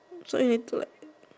so you